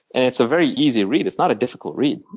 and it's a very easy read. it's not a difficult read.